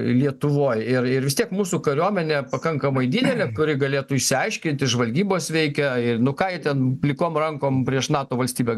lietuvoj ir ir vis tiek mūsų kariuomenė pakankamai didelė kuri galėtų išsiaiškinti žvalgybos veikia ir nu ką jie ten plikom rankom prieš nato valstybę